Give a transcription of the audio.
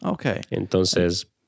Entonces